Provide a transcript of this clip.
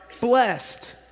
blessed